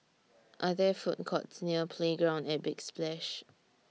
Are There Food Courts near Playground At Big Splash